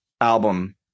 album